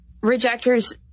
rejectors